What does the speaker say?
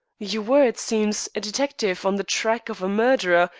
you were, it seems, a detective on the track of a murderer,